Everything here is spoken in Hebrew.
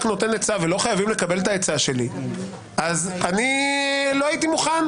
נותן עצה ולא חייבים לקבלה לא הייתי מוכן,